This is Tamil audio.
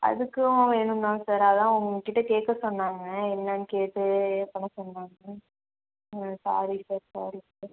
அதற்கும் வேணும் தான் சார் அதான் உங்கள்கிட்ட கேட்க சொன்னாங்க என்னன்னு கேட்டு பண்ண சொன்னாங்க ம் சாரி சார் சாரி சார்